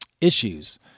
issues